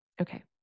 Okay